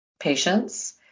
patients